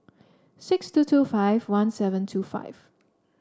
six two two five one seven two five